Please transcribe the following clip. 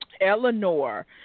Eleanor